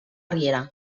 riera